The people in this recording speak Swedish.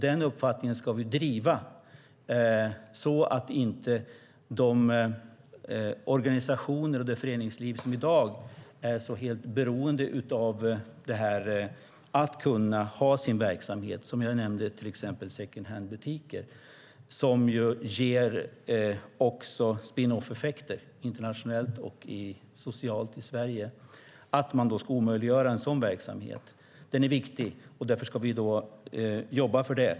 Denna uppfattning ska vi driva så att inte den verksamhet som bedrivs av de organisationer och det föreningsliv som är så beroende av detta, till exempel second hand-butiker som jag nämnde, och också ger spin-off-effekter internationellt och socialt i Sverige omöjliggörs. Denna verksamhet är viktig, och därför ska vi jobba för det.